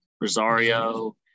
Rosario